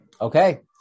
Okay